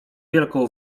wielką